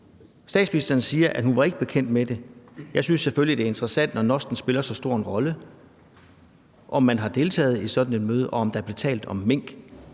Statsministeren siger, at hun ikke var bekendt med det. Jeg synes selvfølgelig, det er interessant, når NOST spiller så stor en rolle, om man har deltaget i sådan et møde, og om der blev talt om mink.